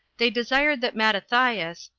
they desired that mattathias,